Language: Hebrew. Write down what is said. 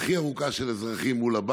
הוחלף למה?